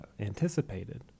anticipated